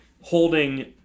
holding